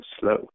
slow